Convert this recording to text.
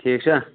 ٹھیٖک چھا